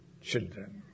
children